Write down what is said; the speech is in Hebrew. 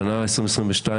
השנה נרצחו 122,